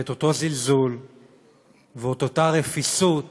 את אותו זלזול ואת אותה רפיסות